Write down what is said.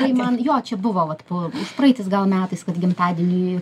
tai man jo čia buvo vat po užpraeitais gal metais kad gimtadieniui